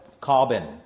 carbon